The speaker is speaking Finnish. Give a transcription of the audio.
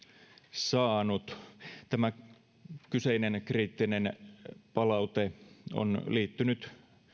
saanut tämä kyseinen kriittinen palaute on liittynyt